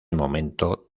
momento